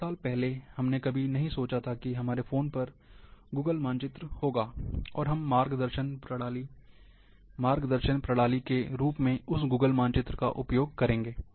कुछ साल पहले हमने कभी नहीं सोचा था कि हमारे फोन पर गूगल मानचित्र होगा और हम मार्गदर्शन प्रणाली के रूप में उसे गूगल मानचित्र का उपयोग करेंगे